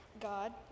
God